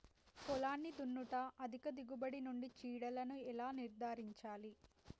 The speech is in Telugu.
పొలాన్ని దున్నుట అధిక దిగుబడి నుండి చీడలను ఎలా నిర్ధారించాలి?